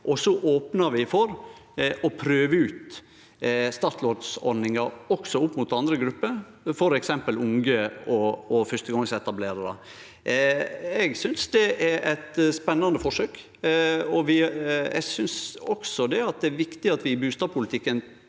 så opnar vi for å prøve ut startlånsordninga også opp mot andre grupper, f.eks. unge og fyrstegongsetablerarar. Eg synest det er eit spennande forsøk. Eg synest det er viktig at vi i bustadpolitikken